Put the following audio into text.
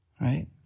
Right